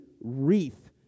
wreath